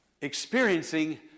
experiencing